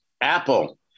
Apple